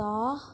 দহ